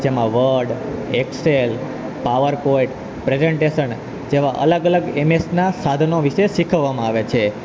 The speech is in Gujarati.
જેમાં વર્ડ એક્સેલ પાવરપોઈન્ટ પ્રેઝેન્ટેશન જેવા અલગ અલગ એમએસના સાધનો વિશે શીખવવામાં આવે છે